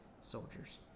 soldiers